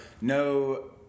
no